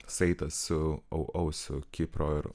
saitas su au au su kipro ir